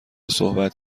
صحبت